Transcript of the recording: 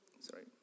sorry